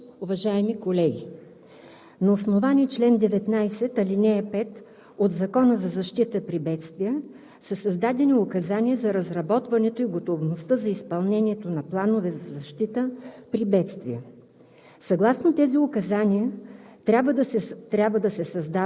Уважаеми господин Министър, уважаеми господин Председателстващ, уважаеми колеги! На основание чл. 19, ал. 5 от Закона за защита при бедствия са създадени Указания за разработването и готовността за изпълнението на планове за защита при бедствия.